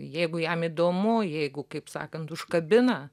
jeigu jam įdomu jeigu kaip sakant užkabina